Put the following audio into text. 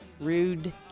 Rude